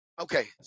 Okay